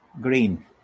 Green